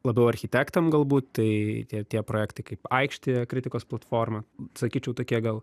labiau architektam galbūt tai tie tie projektai kaip aikštėje kritikos platforma sakyčiau tokie gal